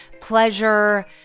pleasure